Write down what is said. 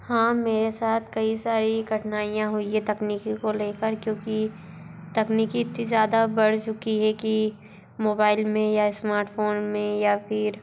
हाँ मेरे साथ कई सारी कठिनाइयाँ हुई है तकनीकी को लेकर क्योंकि तकनीकी इतनी ज़्यादा बढ़ चुकी है कि मोबाइल में या स्मार्टफ़ोन में या फिर